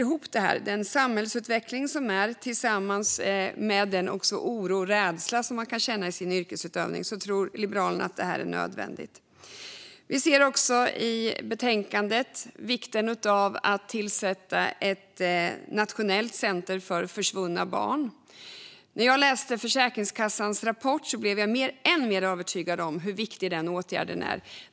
Om man sätter ihop samhällsutvecklingen med den oro och rädsla som människor kan känna i sin yrkesutövning tror Liberalerna att detta är nödvändigt. I betänkandet tas även vikten av att tillsätta ett nationellt center för försvunna barn upp. När jag läste Försäkringskassans rapport blev jag än mer övertygad om hur viktig den åtgärden är.